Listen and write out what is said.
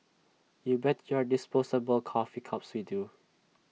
you bet your disposable coffee cups we do